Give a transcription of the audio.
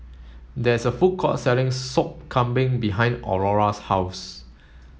there is a food court selling sop kambing behind Aurora's house